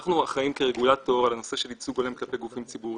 אנחנו אחראים כרגולטור על הנושא של ייצוג הולם כלפי גופים ציבוריים,